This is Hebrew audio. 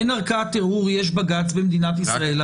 אם אין ערכאת ערעור, אז יש בג"ץ במדינת ישראל.